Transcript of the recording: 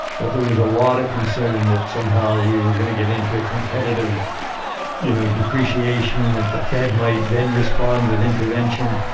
that there was a lot of concern that somehow we were going to get into a competitive you know depreciation, that the fed might then respond with intervention.